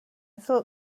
thought